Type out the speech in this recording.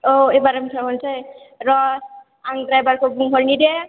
औ एबारनिफ्राय हरसै र' आं द्राइबारखौ बुंहरनि दे